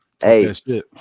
Hey